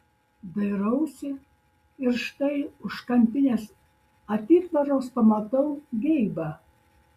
dairausi ir štai už kampinės atitvaros pamatau geibą